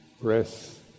breath